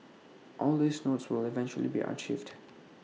all these notes will eventually be archived